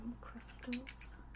crystals